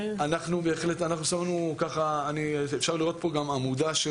אז --- אפשר לראות פה גם עמודה של